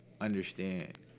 understand